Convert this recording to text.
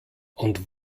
und